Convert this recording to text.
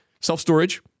self-storage